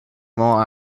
more